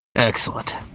Excellent